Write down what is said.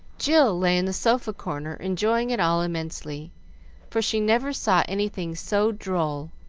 jill lay in the sofa corner enjoying it all immensely for she never saw anything so droll,